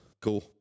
Cool